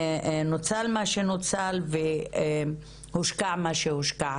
נוצל מה שנוצל והושקע מה שהושקע.